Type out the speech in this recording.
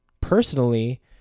personally